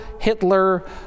Hitler